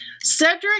Cedric